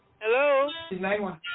hello